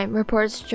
reports